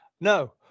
No